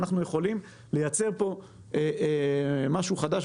שאנחנו יכולים לייצר פה משהו חדש.